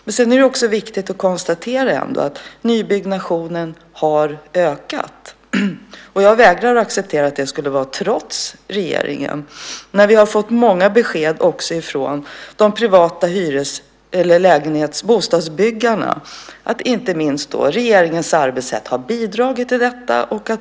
Det är också viktigt att konstatera att nybyggnationen har ökat. Jag vägrar att acceptera att det skulle vara trots regeringen. Vi har också fått många besked från de privata bostadsbyggarna att inte minst regeringens arbetssätt har bidragit till detta.